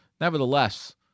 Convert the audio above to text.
nevertheless